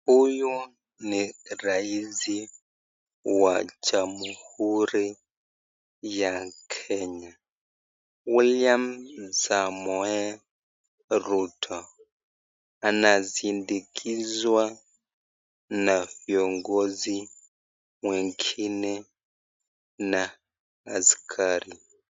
Huyu ni rais wa jamhuri ya Kenya, William Samoei Ruto. Anasindikizwa na viongozi wengine na askari.